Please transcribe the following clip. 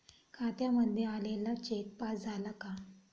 खात्यामध्ये आलेला cheque pass झाला का?